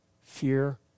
Fear